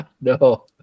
No